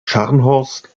scharnhorst